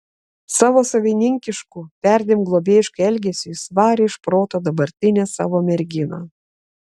savo savininkišku perdėm globėjišku elgesiu jis varė iš proto dabartinę savo merginą